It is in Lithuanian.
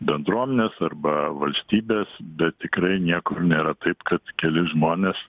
bendruomenės arba valstybės bet tikrai niekur nėra taip kad keli žmonės